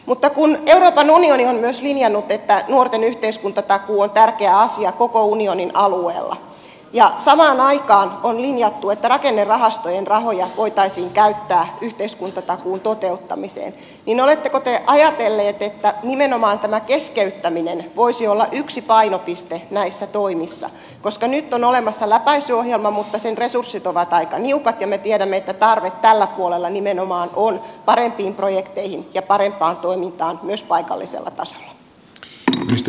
mutta kun euroopan unioni on myös linjannut että nuorten yhteiskuntatakuu on tärkeä asia koko unionin alueella ja samaan aikaan on linjattu että rakennerahastojen rahoja voitaisiin käyttää yhteiskuntatakuun toteuttamiseen niin oletteko te ajatelleet että nimenomaan tämä keskeyttäminen voisi olla yksi painopiste näissä toimissa koska nyt on olemassa läpäisyohjelma mutta sen resurssit ovat aika niukat ja me tiedämme että tarve tällä puolella nimenomaan on parempiin projekteihin ja parempaan toimintaan myös paikallisella tasolla